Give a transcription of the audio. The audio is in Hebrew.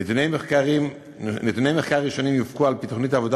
נתוני מחקר ראשונים יופקו על-פי תוכנית העבודה